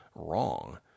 Wrong